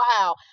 wow